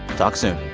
talk soon